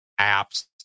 apps